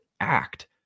act